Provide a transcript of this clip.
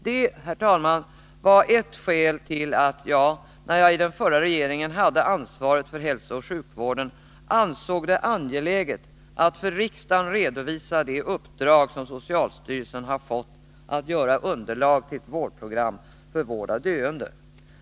Det, herr talman, var ett skäl till att jag, när jag i den förra regeringen hade ansvaret för hälsooch sjukvården, ansåg det angeläget att för riksdagen redovisa det uppdrag som socialstyrelsen fått att göra underlag till ett vårdprogram för vård av döende.